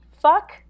fuck